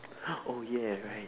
oh ya right